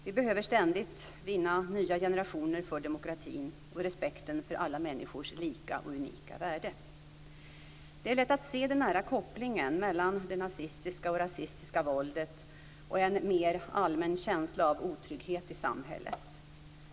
Vi behöver ständigt vinna nya generationer för demokratin och respekten för alla människors lika och unika värde. Det är lätt att se den nära kopplingen mellan det nazistiska och rasistiska våldet och en mer allmän känsla av otrygghet i samhället.